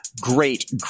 great